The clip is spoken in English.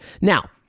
Now